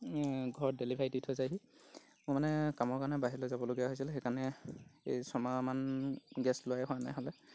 ঘৰত ডেলিভাৰী দি থৈ যায়হি মোৰ মানে কামৰ কাৰণে বাহিৰলৈ যাবলগীয়া হৈছিল সেইকাৰণে এই ছমাহমান গেছ লোৱাই হোৱা নাই হ'লে